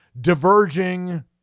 diverging